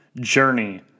Journey